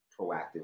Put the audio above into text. proactive